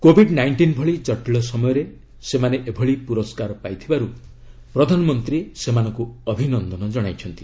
Covid nineteen ଭଳି କଟିଳ ସମୟରେ ସେମାନେ ଏଭଳି ପୁରସ୍କାର ପାଇଥିବାରୁ ପ୍ରଧାନମନ୍ତ୍ରୀ ସେମାନଙ୍କୁ ଅଭିନନ୍ଦନ ଜଣାଇଛନ୍ତି